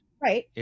Right